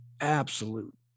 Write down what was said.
absolute